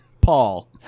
Paul